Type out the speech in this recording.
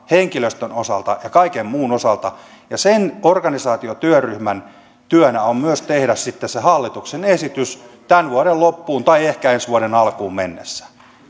henkilöstön osalta ja kaiken muun osalta sen organisaatiotyöryhmän työnä on myös tehdä sitten se hallituksen esitys tämän vuoden loppuun tai ehkä ensi vuoden alkuun mennessä